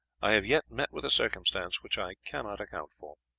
i have yet met with a circumstance which i cannot account for.